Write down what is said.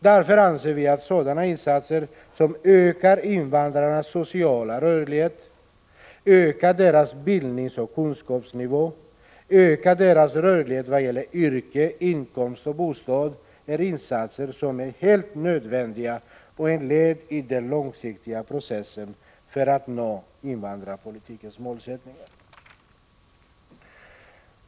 Därför anser vi att sådana insatser som ökar invandrarnas sociala rörlighet, ökar deras bildningsoch kunskapsnivå, ökar deras rörlighet vad gäller yrke, inkomst och bostad är helt nödvändiga insatser som ett led i den långsiktiga processen att nå invandrarpolitikens målsättning.